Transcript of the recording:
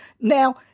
Now